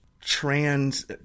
trans